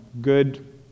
good